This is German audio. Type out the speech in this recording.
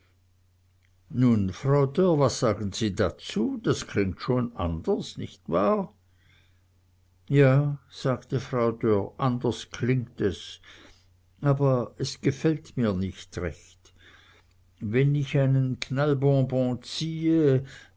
nun frau dörr was sagen sie dazu das klingt schon anders nicht wahr ja sagte frau dörr anders klingt es aber es gefällt mir nicht recht wenn ich einen knallbonbon ziehe